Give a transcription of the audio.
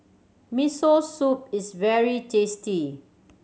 Miso Soup is very tasty